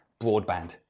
broadband